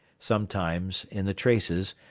sometimes, in the traces,